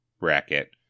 bracket